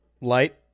Light